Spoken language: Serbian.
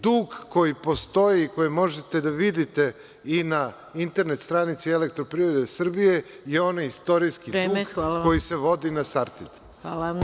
Dug koji postoji, i koji možete da vidite i na internet stranici „Elektroprivrede Srbije“, je onaj istorijski koji se vodi na „Sartid“